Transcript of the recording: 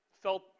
felt